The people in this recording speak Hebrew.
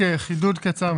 רק חידוד קצר,